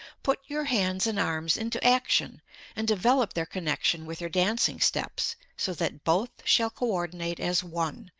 put your hands and arms into action and develop their connection with your dancing steps so that both shall coordinate as one,